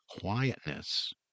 quietness